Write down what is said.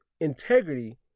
integrity